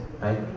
right